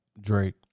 Drake